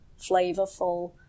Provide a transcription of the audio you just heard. flavorful